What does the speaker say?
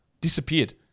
Disappeared